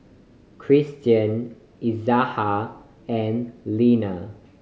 Kristian Izaiah and Linna